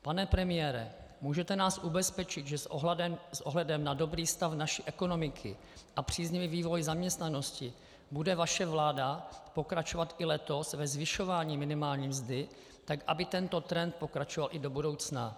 Pane premiére, můžete nás ubezpečit, že s ohledem na dobrý stav naší ekonomiky a příznivý vývoj zaměstnanosti bude vaše vláda pokračovat i letos ve zvyšování minimální mzdy tak, aby tento trend pokračoval i do budoucna?